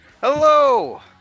Hello